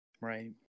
Right